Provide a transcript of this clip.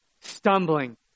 Stumbling